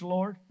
Lord